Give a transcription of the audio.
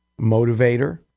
motivator